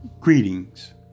Greetings